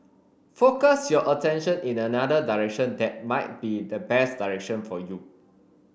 focus your attention in another direction that might be the best direction for you